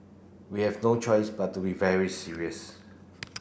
we have no choice but to be very serious